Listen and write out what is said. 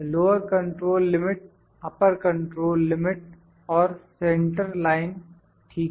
lower control limit upper control limit और centre line ठीक है